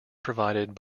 provided